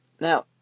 Now